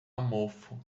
mofo